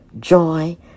joy